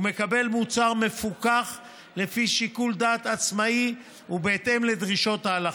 הוא מקבל מוצר מפוקח לפי שיקול דעת עצמאי ובהתאם לדרישות ההלכה,